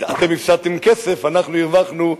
אתם הפסדתם כסף, אנחנו הרווחנו.